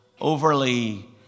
overly